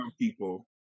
people